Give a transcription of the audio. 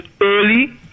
early